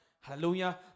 Hallelujah